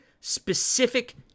specific